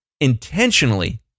intentionally